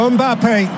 Mbappe